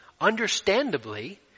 understandably